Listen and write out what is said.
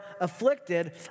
afflicted